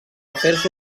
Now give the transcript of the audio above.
afers